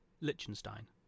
Liechtenstein